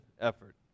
effort